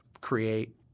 create